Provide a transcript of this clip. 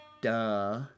duh